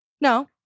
no